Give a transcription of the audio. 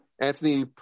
anthony